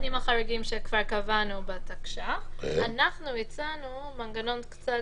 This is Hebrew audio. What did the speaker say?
עם החריגים שכבר קבענו בתקש"ח אנחנו ביצענו מנגנון קצת